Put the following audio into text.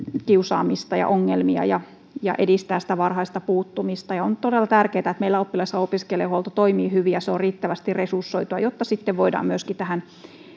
kiusaamista ja ongelmia ja ja edistää sitä varhaista puuttumista on todella tärkeätä että meillä oppilas ja opiskelijahuolto toimii hyvin ja on riittävästi resursoitua jotta sitten voidaan myöskin tähän